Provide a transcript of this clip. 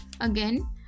Again